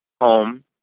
home